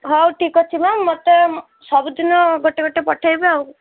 ହଉ ଠିକ୍ଅଛି ମାମ୍ ମୋତେ ସବୁ ଦିନ ଗୋଟେ ଗୋଟେ ପଠେଇବେ ଆଉ